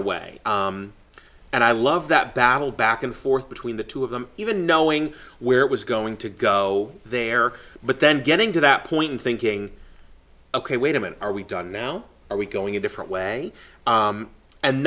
away and i love that battle back and forth between the two of them even knowing where it was going to go there but then getting to that point and thinking ok wait a minute are we done now are we going a different way